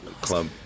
club